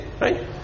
right